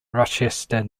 rochester